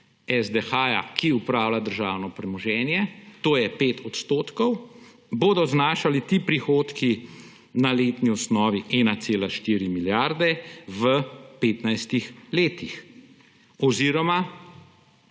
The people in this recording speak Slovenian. SDH, ki upravlja državno premoženje, to je 5 %, bodo znašali ti prihodki na letni osnovi 1,4 milijarde v 15 letih oziroma